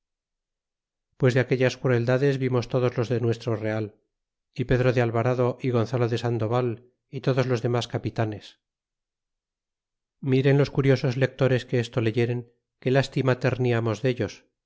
pues de aquellas crueldades vimos todos los de nuestro real y pedro de alvarado y gonzalo de sandoval y todos los demas capitanes miren los curiosos lectores que esto leyeren que lástima terniamos dellos